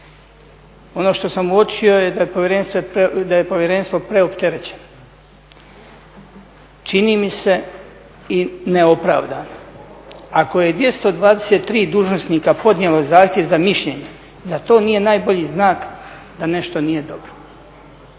Ono što sam uočio da je povjerenstvo preopterećeno, čini mi se i neopravdano. Ako je 223 dužnosnika podnijelo zahtjev za mišljenje zar to nije najbolji znak da nešto nije dobro.